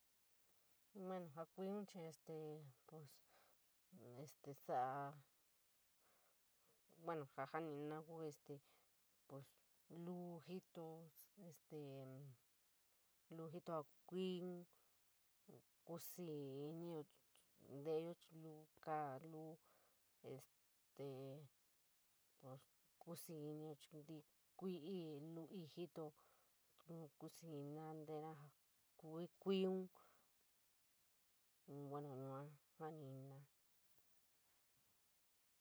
Bueno ja kuio chir este pos este saioa, bueno sanino pos luu jito este luu jito ja kuun kusino nteeyo chir luu kaa a luu este kuusi inib kuiii luu iit jito ku- spin nteera kui, kui, bueno yua saninaoa.